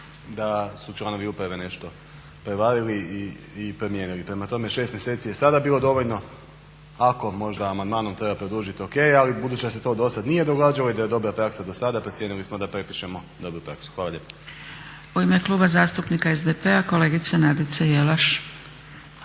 da su članovi uprave nešto prevarili i promijenili. Prema tome 6 mjeseci je sada bilo dovoljno, ako možda amandmanom treba produžiti O.K. ali budući da se to do sada nije događalo i da je dobra praksa do sada procijenili smo da prepišemo dobru praksu. Hvala lijepa. **Zgrebec, Dragica (SDP)** U ime Kluba zastupnika SDP-a kolegica Nadica Jelaš.